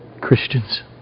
Christians